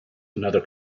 another